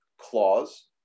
clause